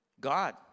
God